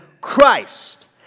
Christ